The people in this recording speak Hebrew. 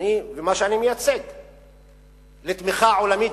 ומה שאני מייצג הוא שזוכה לתמיכה עולמית.